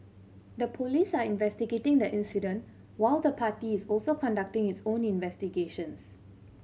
the police are investigating the incident while the party is also conducting its own investigations